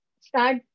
start